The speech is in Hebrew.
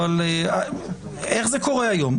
אבל איך זה קורה היום?